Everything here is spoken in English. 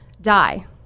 die